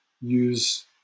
use